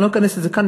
אני לא אכנס לזה כאן,